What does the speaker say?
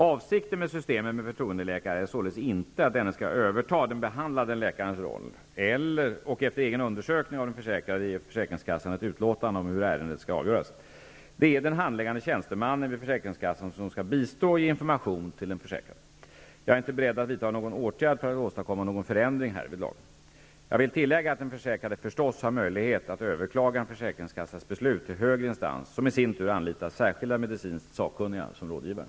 Avsikten med systemet med förtroendeläkare är således inte att denne skall överta den behandlande läkarens roll och efter en egen undersökning av den försäkrade ge försäkringskassan ett utlåtande om hur ärendet skall avgöras. Det är den handläggande tjänstemannen vid försäkringskassan som skall bistå och ge information till den försäkrade. Jag är inte beredd att vidta någon åtgärd för att åstadkomma någon förändring härvidlag. Jag vill tillägga att den försäkrade förstås har möjlighet att överklaga en försäkringskassas beslut till högre instans som i sin tur anlitar särskilda medicinskt sakkunniga som rådgivare.